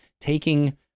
taking